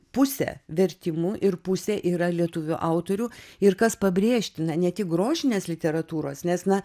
pusė vertimų ir pusė yra lietuvių autorių ir kas pabrėžtina ne tik grožinės literatūros nes na